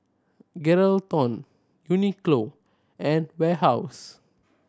Geraldton Uniqlo and Warehouse